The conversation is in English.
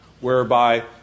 whereby